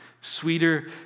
sweeter